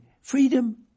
freedom